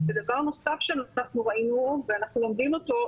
ודבר נוסף שאנחנו ראינו ואנחנו לומדים אותו,